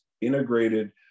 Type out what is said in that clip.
integrated